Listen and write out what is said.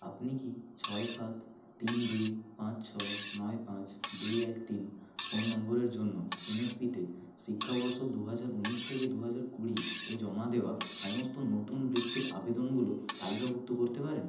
আপনি কি ছয় সাত তিন দুই পাঁচ ছয় নয় পাঁচ দুই এক তিন ফোন নম্বরের জন্য এন এস পি তে শিক্ষাবর্ষ দু হাজার উনিশ থেকে দু হাজার কুড়ি এ জমা দেওয়া সমস্ত নতুন বৃত্তির আবেদনগুলো তালিকাভুক্ত করতে পারেন